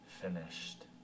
finished